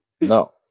No